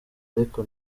ariko